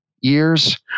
years